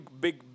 big